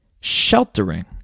sheltering